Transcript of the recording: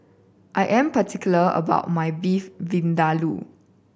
I am particular about my Beef Vindaloo